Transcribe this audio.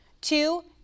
Two